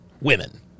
women